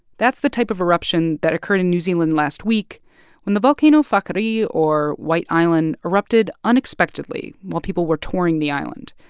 that's the type of eruption that occurred in new zealand last week when the volcano whakaari, or white island, erupted unexpectedly, while people were touring the island.